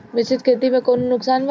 मिश्रित खेती से कौनो नुकसान वा?